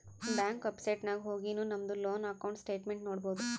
bank website ನಾಗ್ ಹೊಗಿನು ನಮ್ದು ಲೋನ್ ಅಕೌಂಟ್ ಸ್ಟೇಟ್ಮೆಂಟ್ ನೋಡ್ಬೋದು